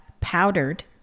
powdered